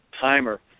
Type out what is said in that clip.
timer